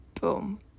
boom